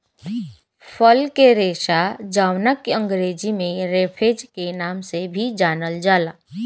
फल के रेशा जावना के अंग्रेजी में रफेज के नाम से भी जानल जाला